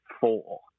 four